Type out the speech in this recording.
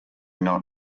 not